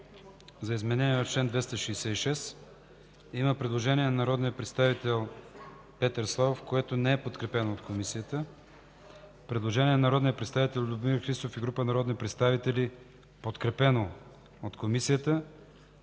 за изменение в чл. 266. Предложение на народния представител Петър Славов, което не е подкрепено от Комисията. Предложение на народния представител Любомир Христов и група народни представители, което е подкрепено от Комисията.